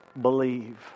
believe